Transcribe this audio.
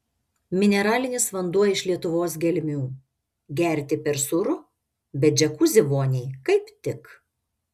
mineralinis vanduo iš lietuvos gelmių gerti per sūru bet džiakuzi voniai kaip tik